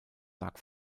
lag